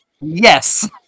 Yes